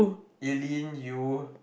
Elaine you